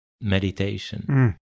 meditation